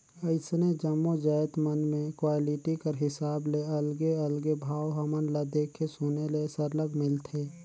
अइसने जम्मो जाएत मन में क्वालिटी कर हिसाब ले अलगे अलगे भाव हमन ल देखे सुने ले सरलग मिलथे